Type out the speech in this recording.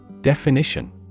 Definition